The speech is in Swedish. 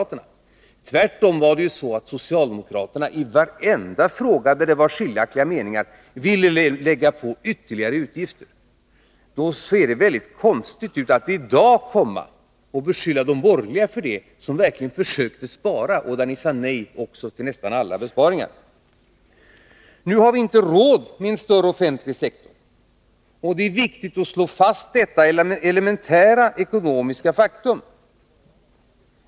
Tvärtom ville socialdemokraterna i varenda fråga där det var skiljaktiga meningar lägga på ytterligare utgifter. Då ser det mycket konstigt ut att ni i dag kommer och beskyller de borgerliga för det— de som verkligen sade nej. Men ni sade nej till nästan alla besparingar. Nu har vi inte råd med en större offentlig sektor. Det är viktigt att slå fast detta elementära ekonomiska faktum.